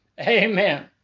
Amen